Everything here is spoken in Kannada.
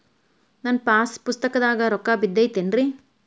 ನನ್ನ ಪಾಸ್ ಪುಸ್ತಕದಾಗ ರೊಕ್ಕ ಬಿದ್ದೈತೇನ್ರಿ?